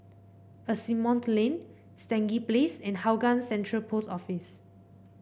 Asimont Lane Stangee Place and Hougang Central Post Office